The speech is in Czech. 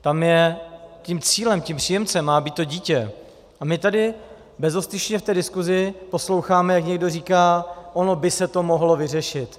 Tam tím cílem, tím příjemcem má být to dítě a my tady bezostyšně v té diskuzi posloucháme, jak někdo říká, ono by se to mohlo vyřešit.